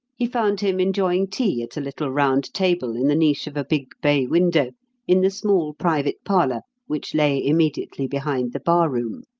he found him enjoying tea at a little round table in the niche of a big bay window in the small private parlour which lay immediately behind the bar-room.